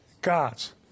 God's